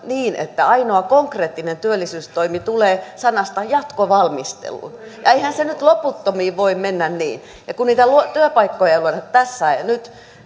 niin että ainoa konkreettinen työllisyystoimi tulee sanasta jatkovalmisteluun ja eihän se nyt loputtomiin voi mennä niin kun niitä työpaikkoja ei luoda tässä ja nyt